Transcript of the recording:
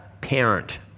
parent